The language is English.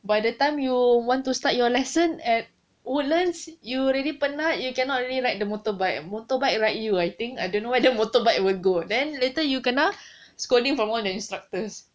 by the time you want to start your lesson at woodlands you already penat you cannot really ride the motorbike motorbike ride you I think I don't know whether motorbike would go then later you kena scolding from all instructors